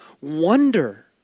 wonder